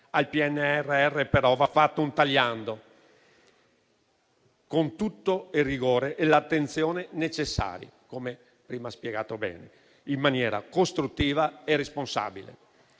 Al PNRR però va fatto un tagliando, con tutto il rigore e l'attenzione necessari - come prima ha spiegato bene - in maniera costruttiva e responsabile.